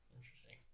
interesting